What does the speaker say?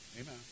Amen